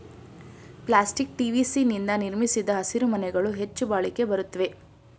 plastic PVC ನಿಂದ ನಿರ್ಮಿಸಿದ ಹಸಿರುಮನೆಗಳು ಹೆಚ್ಚು ಬಾಳಿಕೆ ಬರುತ್ವೆ